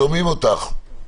שומעים אותך.